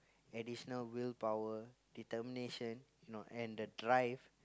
additional willpower determination you know and the drive